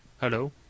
Hello